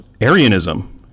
Arianism